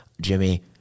Jimmy